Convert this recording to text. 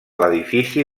l’edifici